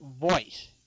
voice